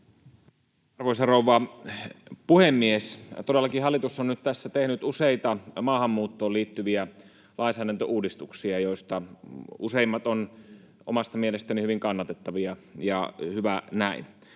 Arvoisa rouva puhemies! Todellakin hallitus on nyt tässä tehnyt useita maahanmuuttoon liittyviä lainsäädäntöuudistuksia, joista useimmat ovat omasta mielestäni hyvin kannatettavia, ja hyvä näin.